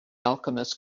alchemist